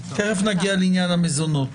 תכף נגיע לעניין המזונות.